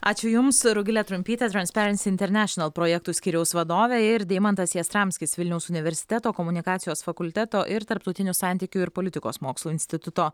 ačiū jums rugilė trumpytė transperens internešinal projektų skyriaus vadovė ir deimantas jastramskis vilniaus universiteto komunikacijos fakulteto ir tarptautinių santykių ir politikos mokslų instituto